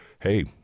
hey